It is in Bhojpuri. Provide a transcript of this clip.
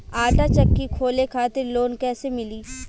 आटा चक्की खोले खातिर लोन कैसे मिली?